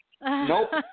Nope